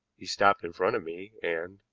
he stopped in front of me and,